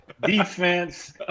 defense